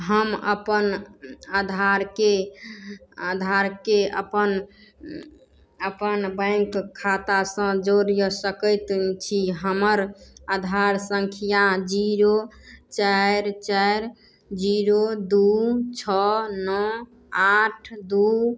हम अपन आधारके आधारके अपन अपन बैंक खाता सँ जोड़ि सकैत छी हमर आधार संख्या जीरो चारि चारि जीरो दू छओ नओ आठ दू